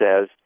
says